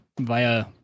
via